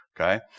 okay